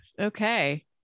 okay